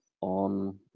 on